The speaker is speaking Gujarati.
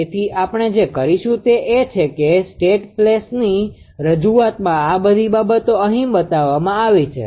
તેથી આપણે જે કરીશું તે એ છે કે સ્ટેટ પ્લેસની રજૂઆતમાં આ બધી બાબતો અહીં બતાવવામાં આવી છે